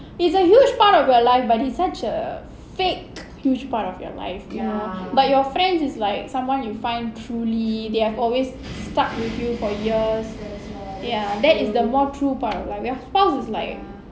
is like huge part of your life but such a fake huge part of your life you know like your friends is like someone you find truely they have always stuck with you for years ya that is the more true part of life your spouse is like